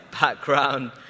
background